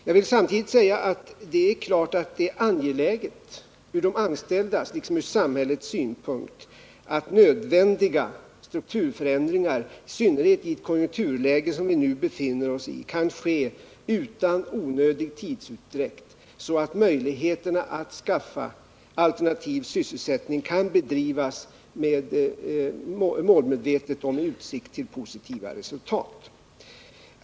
Jag vill samtidigt säga att det ur de anställdas liksom ur samhällets synpunkt är angeläget att nödvändiga strukturförändringar — i synnerhet i ett konjunkturläge som det vi nu befinner oss i — kan ske utan onödig tidsutdräkt. Då kan arbetet med att skaffa alternativ sysselsättning bedrivas målmedvetet och med utsikt till positiva resultat.